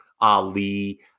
Ali